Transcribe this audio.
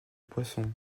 poissons